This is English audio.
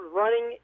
running